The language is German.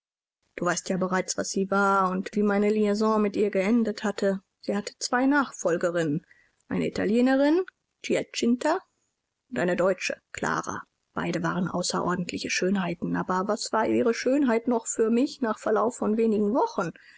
du weißt ja bereits was sie war und wie meine liaison mit ihr geendet hat sie hatte zwei nachfolgerinnen eine italienerin giacinta und eine deutsche clara beide waren außerordentliche schönheiten aber was war ihre schönheit noch für mich nach verlauf von wenigen wochen